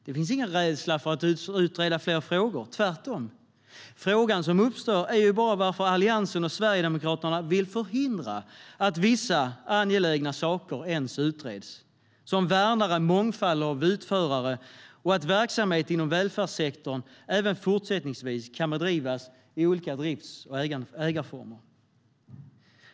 Det finns ingen rädsla för att utreda fler frågor - tvärtom - men frågan är varför Alliansen och Sverigedemokraterna vill förhindra att vissa angelägna saker ens utreds, till exempel att värna en mångfald av utförare och att verksamhet inom välfärdssektorn även fortsättningsvis kan bedrivas i olika drifts och ägarformer.